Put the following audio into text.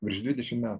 virš dvidešimt metų